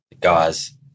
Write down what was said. Guys